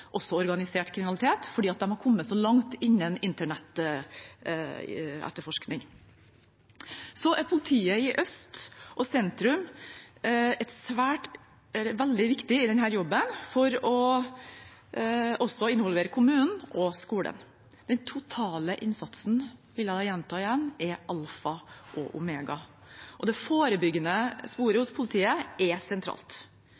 organisert kriminalitet, fordi de har kommet så langt innen internett-etterforskning. Så er politiet i øst og sentrum veldig viktig i denne jobben for også å involvere kommunen og skolen. Den totale innsatsen – vil jeg gjenta – er alfa og omega. Det forebyggende sporet